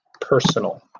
personal